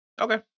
Okay